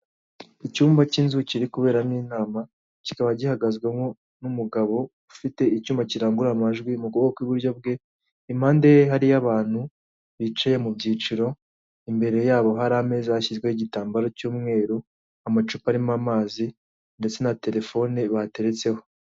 Icyumba cy'inzu kiri kuberamo inama, kikaba gihagazwamo n'umugabo ufite icyuma kirangurura amajwi mu kuboko kw'iburyo bwe, impande ye hariho abantu bicaye mu byiciro, imbere yabo hari ameza yashyizweho igitambaro cy'umweru, amacupa arimo amazi ndetse na telefone bateretseho.